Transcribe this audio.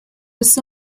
was